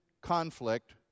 conflict